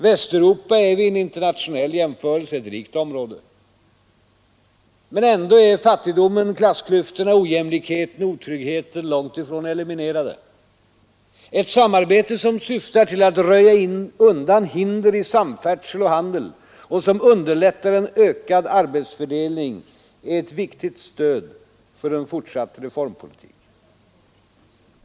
Västeuropa är vid en internationell jämförelse ett rikt område, men ändå är fattigdomen, klassklyftorna, ojämlikheten och otryggheten långt ifrån eliminerade. Ett samarbete som syftar till att röja undan hindren i samfärdsel och handel och som underlättar en ökad arbetsfördelning är ett viktigt stöd för en fortsatt reformpolitik.